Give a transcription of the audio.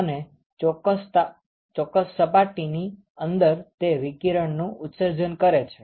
અને ચોક્કસ સપાટીની અંદર તે વિકીરણનું ઉત્સર્જન કરે છે